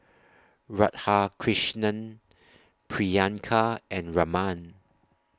Radhakrishnan Priyanka and Raman